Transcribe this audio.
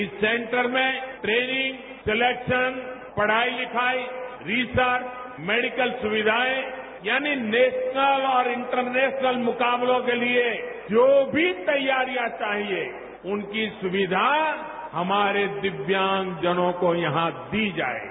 इस सेंटर में training selection पढ़ाई लिखाई रिसर्च मेडिकल सुविधाएं यानि नेशनल और इंटरनेशनल मुकाबलों के लिए जो भी तैयारियां चाहिए उनकी सुविधा हमारे दिव्यांगजनों को यहां दी जाएगी